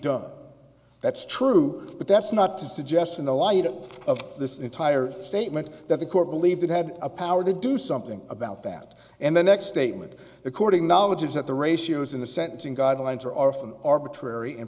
done that's true but that's not to suggest in the light of this entire statement that the court believed it had a power to do something about that and the next statement according knowledge is that the ratios in the sentencing guidelines are often arbiter very in